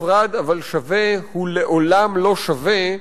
נפרד אבל שווה הוא לעולם לא שווה,